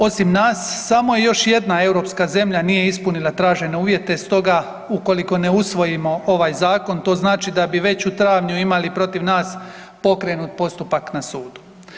Osim nas, samo još jedna europska zemlja nije ispunila tražene uvjete, stoga ukoliko ne usvojimo ovaj zakon, to znači da bi već u travnju imali protiv nas pokrenut postupak na sudu.